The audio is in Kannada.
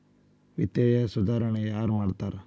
ವಿತ್ತೇಯ ಸುಧಾರಣೆ ಯಾರ್ ಮಾಡ್ತಾರಾ